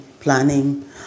planning